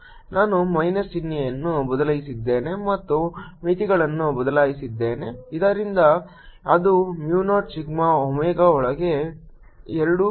ನಾನು ಮೈನಸ್ ಚಿಹ್ನೆಯನ್ನು ಬದಲಾಯಿಸಿದ್ದೇನೆ ಮತ್ತು ಮಿತಿಗಳನ್ನು ಬದಲಾಯಿಸಿದ್ದೇನೆ ಆದ್ದರಿಂದ ಇದು Mu 0 ಸಿಗ್ಮಾ ಒಮೆಗಾ ಒಳಗೆ 2